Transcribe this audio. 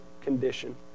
condition